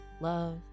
love